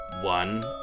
one